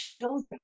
children